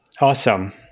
Awesome